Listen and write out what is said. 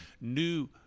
new